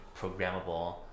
programmable